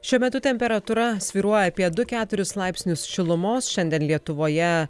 šiuo metu temperatūra svyruoja apie du keturis laipsnius šilumos šiandien lietuvoje